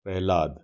Prahlad